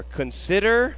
consider